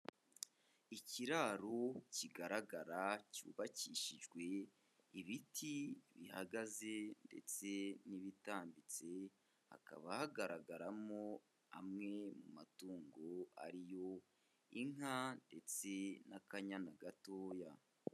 Ikiraro kigaragara cyubakishijwe ibiti, bihagaze ndetse n'ibitambitse. Hakaba hagaragaramo amwe mu matungo ari yo inka ndetse n'akanyana gatoya.